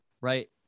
Right